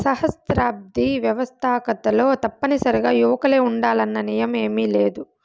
సహస్రాబ్ది వ్యవస్తాకతలో తప్పనిసరిగా యువకులే ఉండాలన్న నియమేమీలేదు